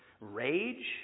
rage